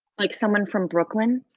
like someone from brooklyn.